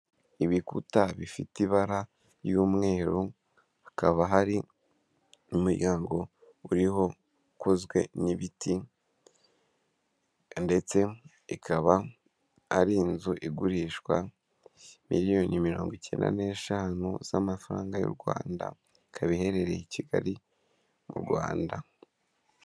Ibikuta bifite ibara ry'umweru, hakaba hari n'umuryango uriho ukozwe n'ibiti ndetse ikaba ari inzu igurishwa miliyoni mirongo icyenda n'eshanu z'amafaranga y'u Rwanda, ikaba iherereye i Kigali mu Rwanda.